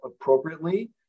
appropriately